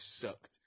sucked